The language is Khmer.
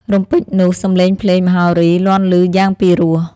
រំពេចនោះ សំលេងភ្លេង មហោរីលាន់លីយ៉ាងពីរោះ ។